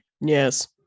yes